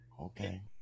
Okay